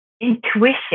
intuition